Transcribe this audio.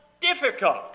difficult